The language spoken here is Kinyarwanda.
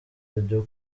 ryo